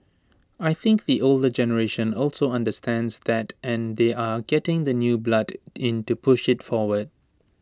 I think the older generation also understands that and they are getting the new blood in to push IT forward